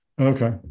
Okay